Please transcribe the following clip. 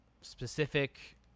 specific